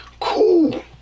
Cool